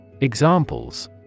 Examples